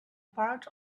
part